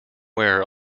wear